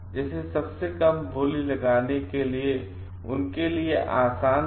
जैसे सबसे कम बोली लगाने के लिएउनके लिए यह आसान था